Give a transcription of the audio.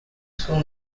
school